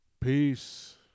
Peace